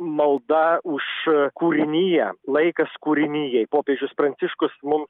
malda už kūriniją laikas kūrinijai popiežius pranciškus mum